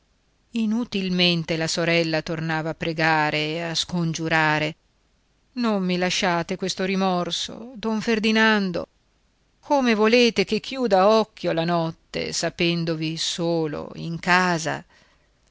inutilmente la sorella tornava a pregare e scongiurare non mi lasciate questo rimorso don ferdinando come volete che chiuda occhio la notte sapendovi solo in casa